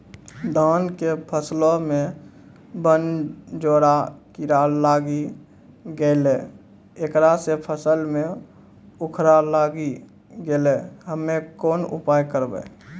धान के फसलो मे बनझोरा कीड़ा लागी गैलै ऐकरा से फसल मे उखरा लागी गैलै हम्मे कोन उपाय करबै?